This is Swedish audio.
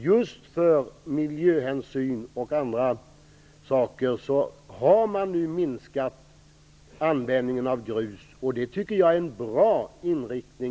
Just av bl.a. miljöhänsyn har man nu minskat användningen av grus, och det tycker jag är en bra inriktning.